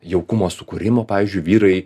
jaukumo sukūrimo pavyzdžiui vyrai